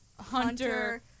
Hunter